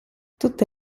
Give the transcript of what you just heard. tutte